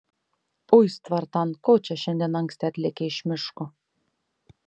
uis tvartan ko čia šiandien anksti atlėkei iš miško